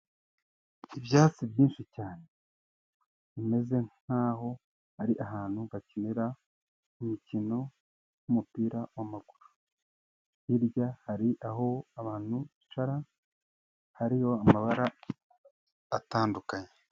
Ibyatsi byinshi cyane bimeze nk'aho ari ahantu bakinira imikino y'umupira w'amaguru. Hirya hari aho abantu bicara, hariho amabara atandukanye.